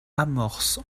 amorce